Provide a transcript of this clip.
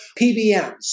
PBMs